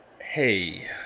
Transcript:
Hey